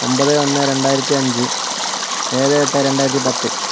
ഒൻപത് ഒന്ന് രണ്ടായിരത്തി അഞ്ച് ഏഴ് എട്ട് രണ്ടായിരത്തി പത്ത്